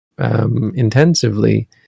Intensively